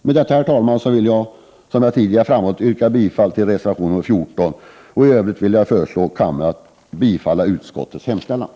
Med detta, herr talman, vill jag återigen yrka bifall till reservation nr 14 och i övrigt till utskottets hemställan.